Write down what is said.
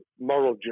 moral